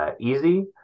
easy